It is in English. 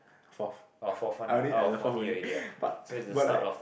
fourth I only at the fourth only but but like